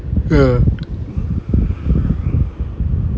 ya